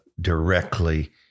directly